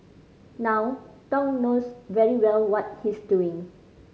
now Thong knows very well what he's doing